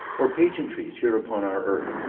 or pageantries here upon our earth,